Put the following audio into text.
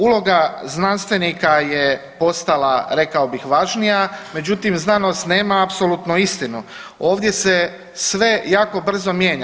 Uloga znanstvenika je postala, rekao bih, važnija, međutim znanost nema apsolutno istinu, ovdje se sve jako brzo mijenja.